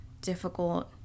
difficult